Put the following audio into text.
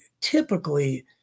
typically